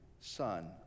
Son